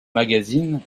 magazine